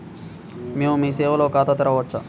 మేము మీ సేవలో ఖాతా తెరవవచ్చా?